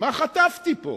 מה חטפתי פה,